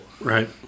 right